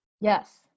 yes